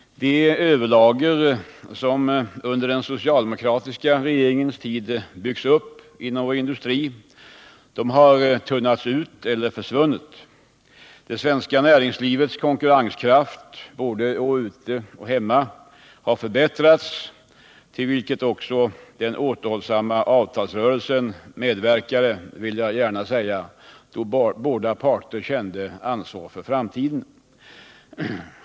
De överlager, som under den socialdemokratiska regeringens tid byggdes upp i vår industri, har tunnats ut eller försvunnit. Det svenska näringslivets konkurrenskraft både ute och hemma har förbättrats, till vilket också den återhållsamma avtalsrörelsen medverkade. Jag vill gärna säga att båda parter visade att de kände ansvar för framtiden.